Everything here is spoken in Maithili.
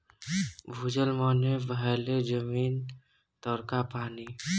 भूजल मने भेलै जमीन तरका पानि